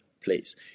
place